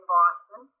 Boston